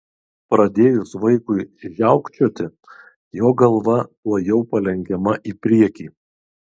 pradėjus vaikui žiaukčioti jo galva tuojau palenkiama į priekį